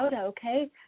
okay